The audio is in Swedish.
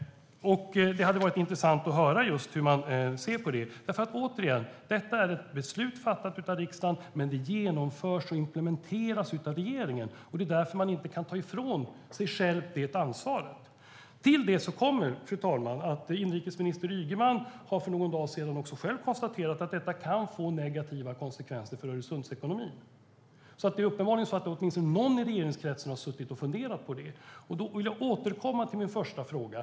Det hade varit intressant att höra just hur man ser på detta. Detta är nämligen, återigen, ett beslut fattat av riksdagen, men det genomförs och implementeras av regeringen. Det är därför man inte kan ta ifrån sig själv det ansvaret. Till det kommer, fru talman, att inrikesminister Ygeman för någon dag sedan själv konstaterade att detta kan få negativa konsekvenser för Öresundsekonomin. Uppenbarligen har åtminstone någon i regeringskretsen suttit och funderat på det. Då vill jag återkomma till min första fråga.